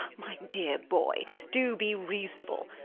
my dear boy, do be reasonable.